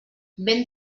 vent